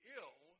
ill